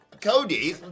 Cody